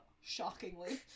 shockingly